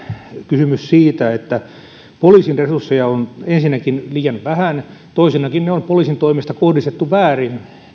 kysymys myös siitä että ensinnäkin poliisin resursseja on liian vähän toisenakin ne on poliisin toimesta kohdistettu väärin